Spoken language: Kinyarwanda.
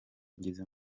ngeze